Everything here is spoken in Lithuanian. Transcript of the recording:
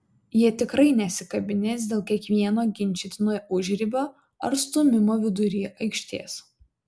jie tikrai nesikabinės dėl kiekvieno ginčytino užribio ar stūmimo vidury aikštės